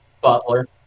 Butler